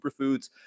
superfoods